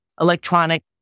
electronic